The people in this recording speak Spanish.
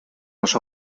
los